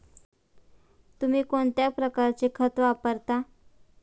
तुम्ही कोणत्या प्रकारचे खत वापरता?